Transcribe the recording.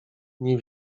nie